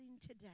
today